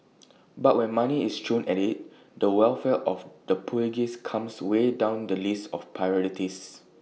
but when money is thrown at IT the welfare of the pugilists comes way down the list of priorities